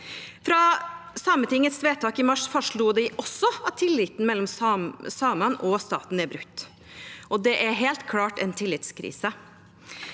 I Sametingets vedtak i mars fastslo de også at tilliten mellom samene og staten er brutt. Det er nå helt klart en tillitskrise.